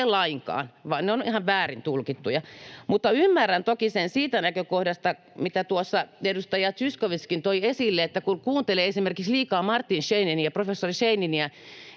lainkaan, vaan ne ovat ihan väärin tulkittuja. Mutta ymmärrän toki sen siitä näkökohdasta, mitä tuossa edustaja Zyskowiczkin toi esille, että kun kuuntelee liikaa esimerkiksi Martin Scheininiä, professori Scheininiä,